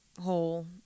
whole